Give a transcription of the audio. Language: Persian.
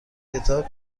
کتاب